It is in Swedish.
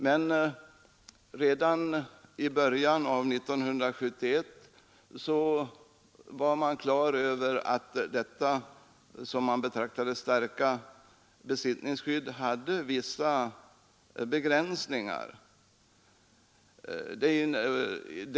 Men redan i början av 1971 stod det klart att detta besittningsskydd, som man hade betraktat som starkt, hade vissa begränsningar.